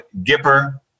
Gipper